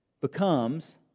becomes